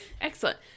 excellent